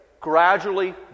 gradually